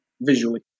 visually